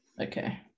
Okay